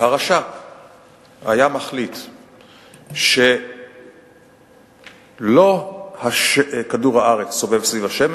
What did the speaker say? החליט הרשע שלא כדור-הארץ סובב סביב השמש